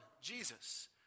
Jesus